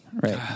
Right